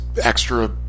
extra